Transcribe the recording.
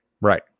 Right